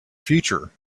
future